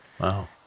Wow